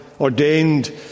ordained